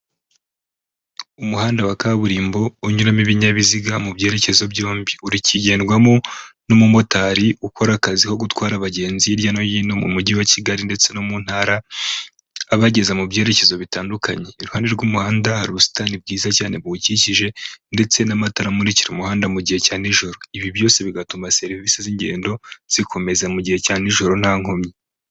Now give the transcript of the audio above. Umuhanda wa kaburimbo unyuramo ibinyabiziga mu byerekezo byombi uri kugendwamo n'umumotari ukora akazi ko gutwara abagenzi hirya no hino mu mujyi wa kigali ndetse no mu ntara abageza mu byerekezo bitandukanye iruhande rw'umuhanda hari ubusitani bwiza cyane buwukikije ndetse n'amatara amurikira umuhanda mu gihe cya nijoro ibi byose bigatuma serivisi z'ingendo zikomeza mu gihe cya nijoro nta nkomyi.